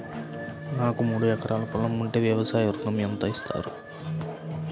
నాకు మూడు ఎకరాలు పొలం ఉంటే వ్యవసాయ ఋణం ఎంత ఇస్తారు?